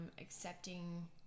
accepting